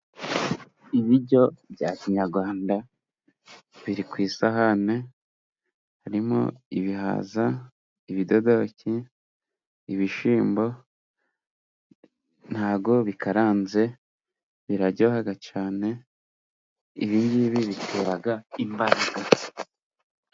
imIbiryo bya kinyarwanda, biri ku isahane, harimo ibihaza, ibidodoki, ibishyimbo ntabwo bikaranze, biraryoha cyane, ibi ngibi bitera imbaraga.